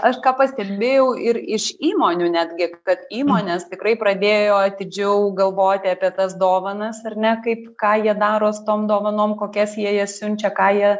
aš ką pastebėjau ir iš įmonių netgi kad įmonės tikrai pradėjo atidžiau galvoti apie tas dovanas ar ne kaip ką jie daro su tom dovanom kokias jie jas siunčia ką jie